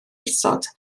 isod